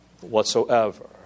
whatsoever